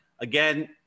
Again